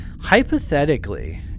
hypothetically